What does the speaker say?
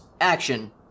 action